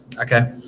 Okay